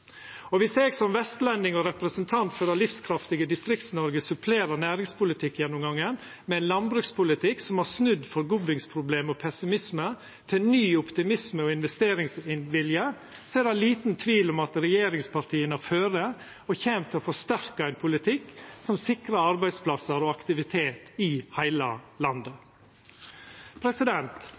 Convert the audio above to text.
Og viss eg, som vestlending og representant for det livskraftige Distrikts-Noreg, supplerer næringspolitikkgjennomgangen med ein landbrukspolitikk som har snudd forgubbingsproblem og pessimisme til ny optimisme og investeringsvilje, er det liten tvil om at regjeringspartia fører og kjem til å forsterka ein politikk som sikrar arbeidsplassar og aktivitet i heile landet.